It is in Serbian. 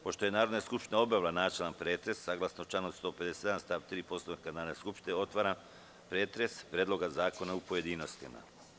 Pošto je Narodna skupština obavila načelni pretres, saglasno članu 157. stav 3. Poslovnika Narodne skupštine, otvaram pretres Predloga zakona u pojedinostima.